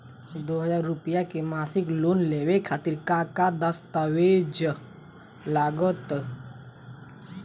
दो हज़ार रुपया के मासिक लोन लेवे खातिर का का दस्तावेजऽ लग त?